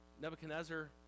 Nebuchadnezzar